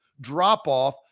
drop-off